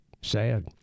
sad